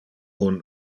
uno